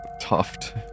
Tuft